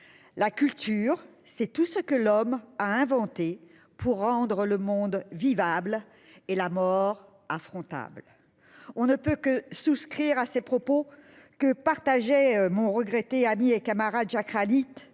La culture, c'est tout ce que l'homme a inventé pour rendre le monde vivable et la mort. Ah frontale. On ne peut que souscrire à ces propos que partageait mon regretté ami et camarade Jack Ralite